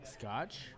scotch